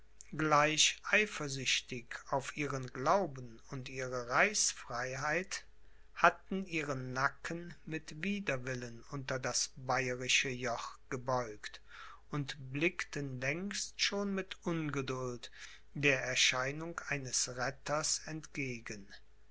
gleich eifersüchtig auf ihren glauben und ihre reichsfreiheit hatten ihren nacken mit widerwillen unter das bayerische joch gebeugt und blickten längst schon mit ungeduld der erscheinung eines retters entgegen